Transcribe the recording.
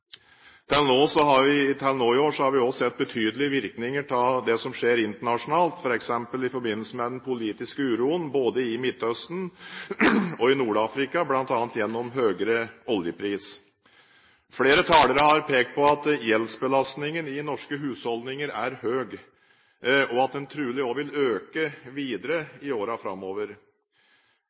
Til nå i år har vi også sett betydelige virkninger av det som skjer internasjonalt, f.eks. i forbindelse med den politiske uroen både i Midtøsten og i Nord-Afrika, bl.a. gjennom høyere oljepris. Flere talere har pekt på at gjeldsbelastningen i norske husholdninger er høy, og at den trolig vil øke videre i årene framover.